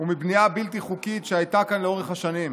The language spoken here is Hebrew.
ומבנייה בלתי חוקית שהייתה כאן לאורך השנים.